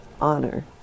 honor